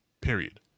Period